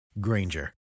Granger